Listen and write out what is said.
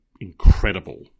incredible